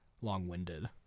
long-winded